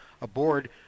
aboard